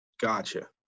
Gotcha